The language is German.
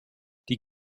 die